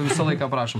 visą laiką prašom